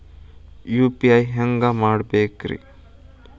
UPI ಹ್ಯಾಂಗ ಮಾಡ್ಕೊಬೇಕ್ರಿ?